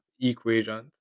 equations